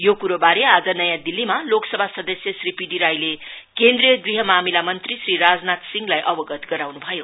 यो कुरोवारे आज नयाँ दिल्लीमा लोकसभा सदस्य श्री पिडि राईवे केन्द्रीय गृह मामिला मंत्री श्री राजनाथ सिंहलाई अवगत गराउनु भयो